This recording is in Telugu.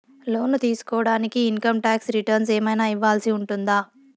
లోను తీసుకోడానికి ఇన్ కమ్ టాక్స్ రిటర్న్స్ ఏమన్నా ఇవ్వాల్సి ఉంటుందా